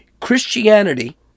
Christianity